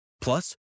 Plus